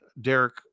Derek